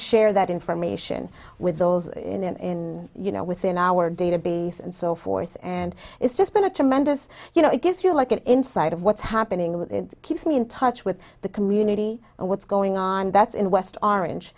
share that information with those in you know within our database and so forth and it's just been a tremendous you know it gives you like an insight of one happening but it keeps me in touch with the community and what's going on that's in west orange